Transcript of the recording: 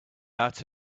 out